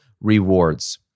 rewards